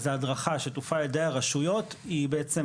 אז ההדרכה שתופעל על ידי הרשויות היא בעצם,